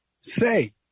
say